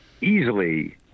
easily